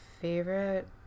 favorite